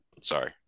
sorry